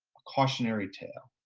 a cautionary tale.